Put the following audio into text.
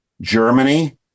Germany